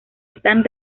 están